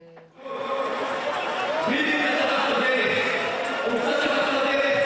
חודשים, אנחנו נדרשים לטפל במאות